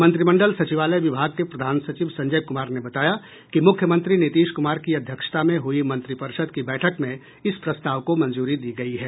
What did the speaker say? मंत्रिमंडल सचिवालय विभाग के प्रधान सचिव संजय कुमार ने बताया कि मुख्यमंत्री नीतीश कुमार की अध्यक्षता में हुई मंत्रिपरिषद की बैठक में इस प्रस्ताव को मंजूरी दी गई है